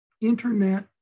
internet